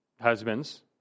Husbands